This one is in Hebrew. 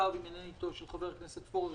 מונח על שולחנך מכתב של חבר הכנסת פורר,